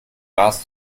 gras